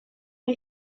mae